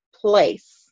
place